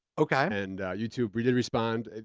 okay. and youtube, we didn't respond. they,